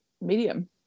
medium